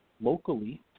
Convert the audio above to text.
locally